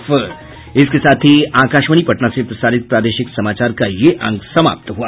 इसके साथ ही आकाशवाणी पटना से प्रसारित प्रादेशिक समाचार का ये अंक समाप्त हुआ